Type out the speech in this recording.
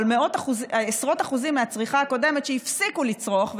אבל עשרות אחוזים מהצריכה הקודמת הפסיקו לצרוך,